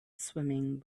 swimming